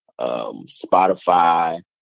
Spotify